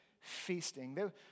feasting